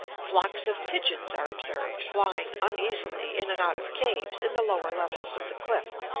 flocks of pigeons are observed flying uneasily in and out of caves in the lower levels of the cliff.